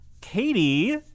Katie